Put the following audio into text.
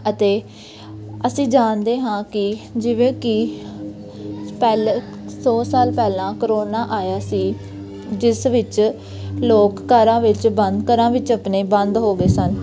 ਅਤੇ ਅਸੀਂ ਜਾਣਦੇ ਹਾਂ ਕਿ ਜਿਵੇਂ ਕਿ ਪਹਿਲਾਂ ਦੋ ਸਾਲ ਪਹਿਲਾਂ ਕਰੋਨਾ ਆਇਆ ਸੀ ਜਿਸ ਵਿੱਚ ਲੋਕ ਘਰਾਂ ਵਿੱਚ ਬੰਦ ਘਰਾਂ ਵਿੱਚ ਆਪਣੇ ਬੰਦ ਹੋ ਗਏ ਸਨ